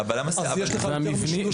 יש לך יותר משילות.